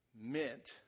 meant